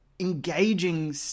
engaging